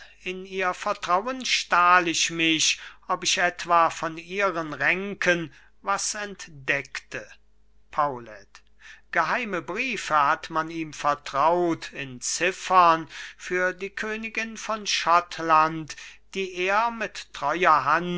in ihr vertrauen stahl ich mich ob ich etwa von ihren ränken was entdeckte paulet geheime briefe hat man ihm vertraut in ziffern für die königin von schottland die er mit treuer hand